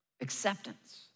acceptance